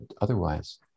otherwise